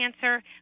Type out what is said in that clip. cancer